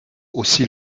aussi